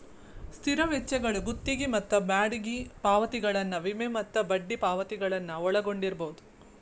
ಸ್ಥಿರ ವೆಚ್ಚಗಳು ಗುತ್ತಿಗಿ ಮತ್ತ ಬಾಡಿಗಿ ಪಾವತಿಗಳನ್ನ ವಿಮೆ ಮತ್ತ ಬಡ್ಡಿ ಪಾವತಿಗಳನ್ನ ಒಳಗೊಂಡಿರ್ಬಹುದು